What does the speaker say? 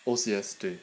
O_C_S 对